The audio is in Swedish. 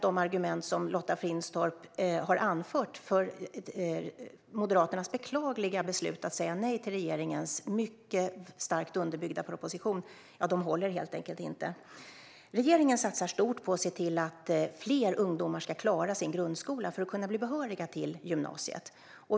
De argument som Lotta Finstorp har anfört för Moderaternas beklagliga beslut att säga nej till regeringens mycket starkt underbyggda proposition håller helt enkelt inte. Regeringen satsar stort på att se till att fler ungdomar ska klara sin grundskola för att kunna bli behöriga till gymnasiet.